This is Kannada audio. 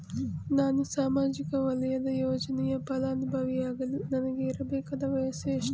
ನಾನು ಸಾಮಾಜಿಕ ವಲಯದ ಯೋಜನೆಯ ಫಲಾನುಭವಿ ಯಾಗಲು ನನಗೆ ಇರಬೇಕಾದ ವಯಸ್ಸು ಎಷ್ಟು?